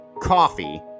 coffee